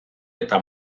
eta